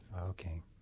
Okay